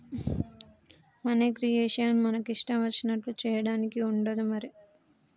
money creation మన ఇష్టం వచ్చినట్లుగా చేయడానికి ఉండదు మరి